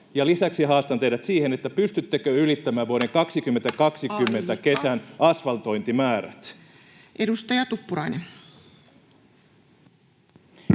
lisäksi haastan teidät siihen, että pystyttekö ylittämään vuoden 2020 [Puhemies: Aika!] kesän asfaltointimäärät. Edustaja Tuppurainen.